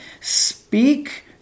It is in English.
Speak